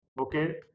okay